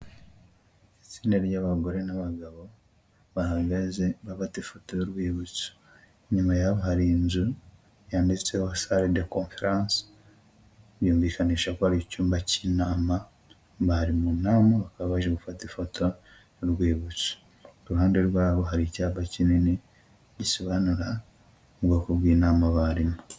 Itsinda ry'abagore n'abagabo, bahagaze bafata ifoto y'urwibutso, inyuma yaho hari inzu yanditseho salle de conference, byumvikanisha ko ari icyumba cy'inama, bari mu nama bakaba baje gufata ifoto y'urwibutso, iruhande rwabo hari icyapa kinini gisobanura ubwoko bw'inama barimo.